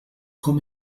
com